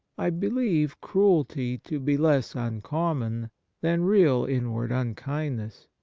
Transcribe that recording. i believe cruelty to be less uncommon than real inward unkindness.